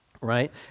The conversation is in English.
right